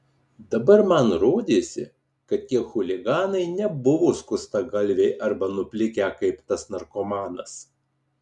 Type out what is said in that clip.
dabar man rodėsi kad tie chuliganai nebuvo skustagalviai arba nuplikę kaip tas narkomanas